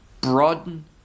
broaden